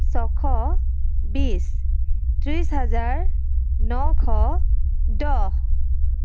ছয়শ বিশ ত্ৰিছ হাজাৰ নশ দহ